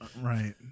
Right